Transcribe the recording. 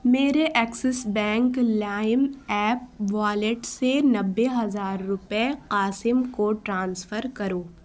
میرے Axis bank Lime app wallet سے نبے ہزار روپئے قاسم کو ٹرانسفر کرو